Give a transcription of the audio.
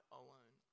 alone